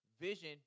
Vision